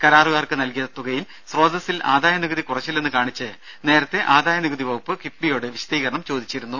കരാറുകാർക്ക് നൽകിയ തുകയിൽ സ്രോതസ്സിൽ ആദായ നികുതി കുറച്ചില്ലെന്ന് കാണിച്ച് നേരത്തെ ആദായനികുതി വകുപ്പ് കിഫ്ബിയോട് വിശദീകരണം ചോദിച്ചിരുന്നു